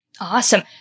Awesome